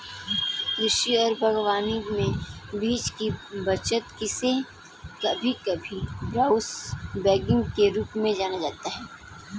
कृषि और बागवानी में बीज की बचत जिसे कभी कभी ब्राउन बैगिंग के रूप में जाना जाता है